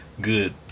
good